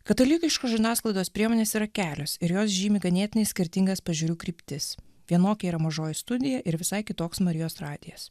katalikiškos žiniasklaidos priemonės yra kelios ir jos žymi ganėtinai skirtingas požiūrių kryptis vienokia yra mažoji studija ir visai kitoks marijos radijas